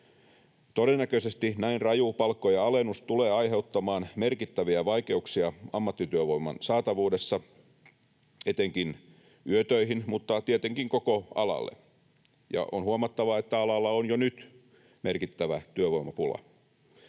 Todennäköisesti näin raju palkkojen alennus tulee aiheuttamaan merkittäviä vaikeuksia ammattityövoiman saatavuudessa, etenkin yötöihin, mutta tietenkin koko alalle. Ja on huomattava, että alalla on jo nyt merkittävä työvoimapula.